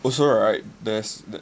also right there is